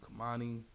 Kamani